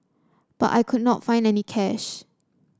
but I could not find any cash